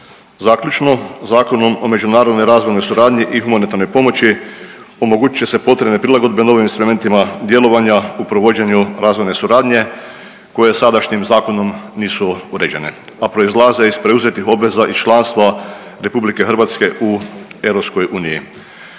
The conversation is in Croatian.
Zaključno, Zakonom o međunarodnoj razvojnoj suradnji i humanitarnoj pomoći omogućit će se potrebne prilagodbe novim instrumentima djelovanja u provođenju razvojne suradnje koje sadašnjim zakonom nisu uređene, a proizlaze iz preuzetih obveza iz članstva RH u EU.